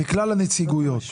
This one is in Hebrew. שהם סוגרים את כל הפול הזה?